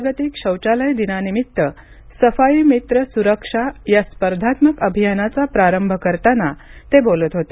जागतिक शौचालय दिनानिमित्त सफाईमित्र सुरक्षा या स्पर्धात्मक अभियानाचा प्रारंभ करताना ते बोलत होते